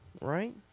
Right